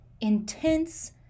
intense